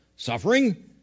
Suffering